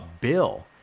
bill